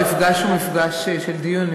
המפגש הוא מפגש של דיון.